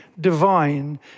divine